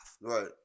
Right